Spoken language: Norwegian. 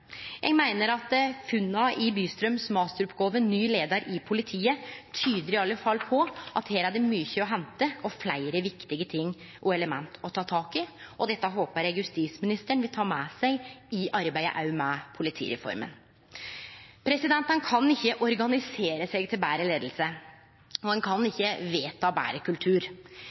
Eg meiner at funna i Bystrøms masteroppgåve «Ny som leder i politiet» i alle fall tyder på at her er det mykje å hente og fleire viktige ting og element å ta tak i. Dette håper eg justisministeren også vil ta med seg i arbeidet med politireforma. Ein kan ikkje organisere seg til betre leiing, og ein kan ikkje vedta betre kultur.